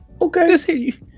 Okay